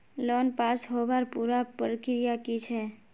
Loan pass होबार पुरा प्रक्रिया की छे?